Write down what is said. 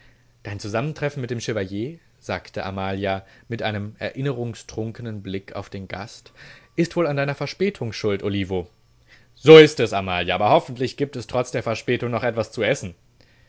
dein zusammentreffen mit dem chevalier sagte amalia mit einem erinnerungstrunknen blick auf den gast ist wohl an deiner verspätung schuld olivo so ist es amalia aber hoffentlich gibt es trotz der verspätung noch etwas zu essen